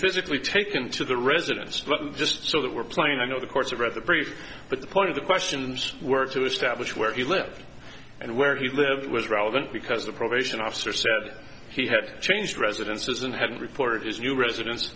physically taken to the residence just so that we're playing i know the course of read the brief but the point of the questions were to establish where he lived and where he lived was relevant because the probation officer said he had changed residences and had reported his new residence